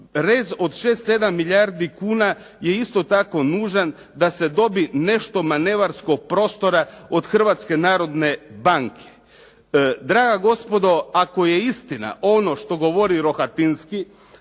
sedam milijardi kuna je isto tako nužan da se dobi nešto manevarskog prostora od Hrvatske narodne banke. Draga gospodo, ako je istina ono što govori Rohatinski,